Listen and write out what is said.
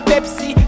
Pepsi